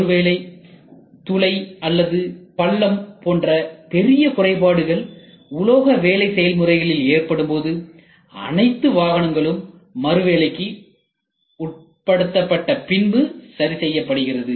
ஒருவேளை துளை அல்லது பள்ளம் போன்ற பெரிய குறைபாடுகள் உலோக வேலை செயல்முறைகளில் ஏற்படும்போது அனைத்து வாகனங்களும் மறுவேலைக்கு உட்படுத்தப்பட்ட பின்பு சரி செய்யப்படுகிறது